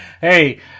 Hey